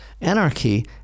anarchy